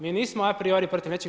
Mi nismo a priori protiv nečega.